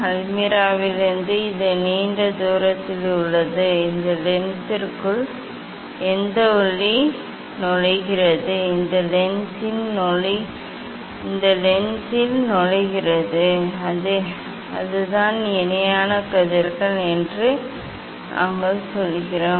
அல்மிராவிலிருந்து இது நீண்ட தூரத்தில் உள்ளது இந்த லென்ஸுக்குள் எந்த ஒளி நுழைகிறது இந்த லென்ஸில் நுழைகிறது அதுதான் இணையான கதிர்கள் என்று நாங்கள் சொல்கிறோம்